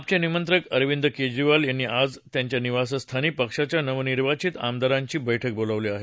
आपचे निमंत्रक अरविंद केजरीवाल यांनी आज त्यांच्या निवासस्थानी पक्षाच्या नवनिर्वाचित आमदारांची बैठक बोलावली आहे